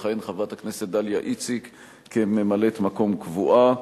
תכהן חברת הכנסת דליה איציק כממלאת-מקום קבועה.